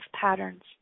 patterns